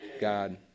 God